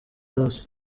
yose